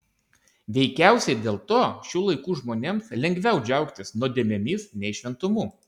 veikiausiai dėl to šių laikų žmonėms lengviau džiaugtis nuodėmėmis nei šventumu